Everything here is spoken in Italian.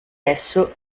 esso